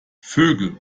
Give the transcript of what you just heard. vögel